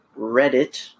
Reddit